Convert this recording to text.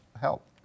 help